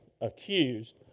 accused